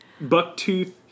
buck-tooth